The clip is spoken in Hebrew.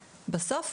בסוף,